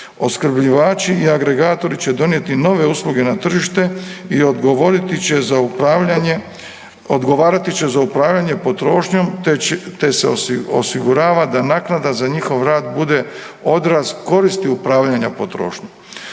Opskrbljivači i agregatori će donijeti nove usluge na tržište i odgovarati će za upravljanje potrošnjom, te se osigurava da naknada za njihov rad bude odraz koristi upravljanja potrošnjom.